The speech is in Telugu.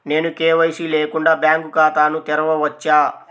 నేను కే.వై.సి లేకుండా బ్యాంక్ ఖాతాను తెరవవచ్చా?